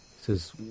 says